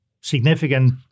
significant